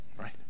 Right